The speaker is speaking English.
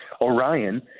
Orion